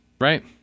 right